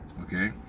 okay